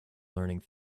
learning